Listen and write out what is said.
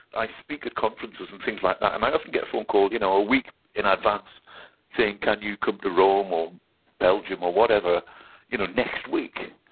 i speak at conferences and things like that and i often get a phone call you know a week in advance saying can you come to rome or belgium or whatever you know next week,